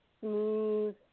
smooth